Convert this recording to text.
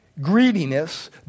greediness